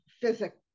physics